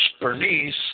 Bernice